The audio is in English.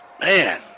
Man